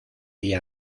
día